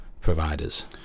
providers